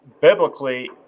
biblically